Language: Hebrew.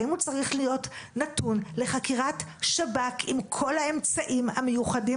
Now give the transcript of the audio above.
האם הוא צריך להיות נתון לחקירת שב"כ עם כל האמצעים המיוחדים